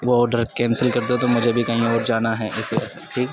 وہ order cancel کر دو تو مجھے بھی کہیں اور بھی جانا ہے ایسے بس ٹھیک